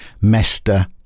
Mester